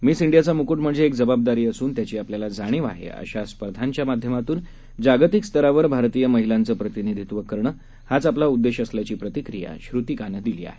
miss इंडियाचा म्कूट म्हणजे एक जबाबदारी असून त्याची आपल्याला जाणिव आहे अशा स्पर्धांच्या माध्यमातून जागतिक स्तरावर भारतीय महिलांचं प्रतिनिधीत्व करणं हाच आपला उददेश असल्याची प्रतिक्रिया श्रुतिकानं दिली आहे